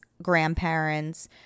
grandparents